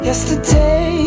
Yesterday